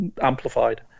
amplified